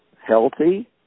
healthy